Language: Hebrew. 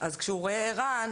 כשהוא רואה ער"ן,